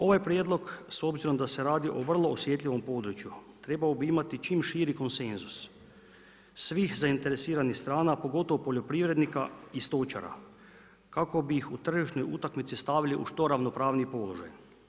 Ovaj prijedlog s obzirom da se radi o vrlo osjetljivom području, trebao bi imati čim širi konsenzus svih zainteresiranih strana pogotovo poljoprivrednika i stočara kako bi ih u tržišnu utakmicu stavili u što ravnopravniji položaj.